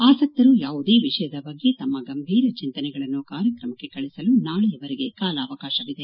ಆಸಕ್ತರು ಯಾವುದೇ ವಿಷಯದ ಬಗ್ಗೆ ತಮ್ಮ ಗಂಭೀರ ಚಿಂತನೆಗಳನ್ನು ಕಾರ್ಯಕ್ರಮಕ್ಕೆ ಕಳಿಸಲು ನಾಳೆಯವರೆಗೆ ಕರೆಗೆ ಕಾಲಾವಕಾಶವಿದೆ